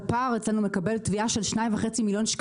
ספר אצלנו מקבל תביעה של 2.5 מיליון ₪